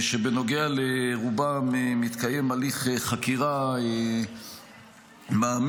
שבנוגע לרובם מתקיים הליך חקירה מעמיק,